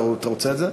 אתה רוצה את זה?